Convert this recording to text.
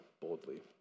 boldly